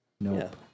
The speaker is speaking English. nope